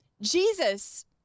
Jesus